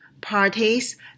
parties